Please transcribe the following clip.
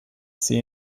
see